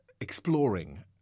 exploring